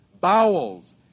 Bowels